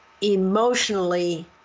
emotionally